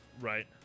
Right